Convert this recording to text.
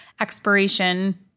expiration